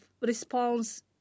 response